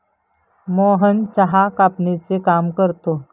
मोहन चहा कापणीचे काम करतो